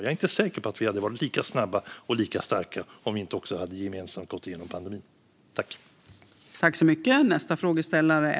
Jag är inte säker på att vi hade varit lika snabba och lika starka om vi inte också hade gått igenom pandemin gemensamt.